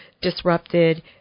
disrupted